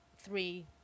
Three